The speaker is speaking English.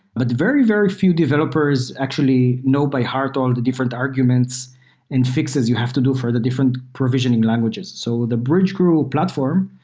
but very, very few developers actually know by heart all the different arguments and fixes you have to do for the different provisioning languages. so the bridgecrew platform,